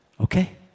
Okay